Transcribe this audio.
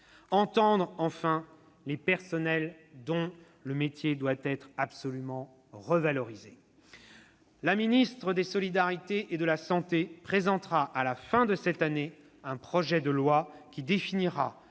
entendre les personnels, dont le métier doit être revalorisé. « La ministre des solidarités et de la santé présentera à la fin de l'année un projet de loi qui définira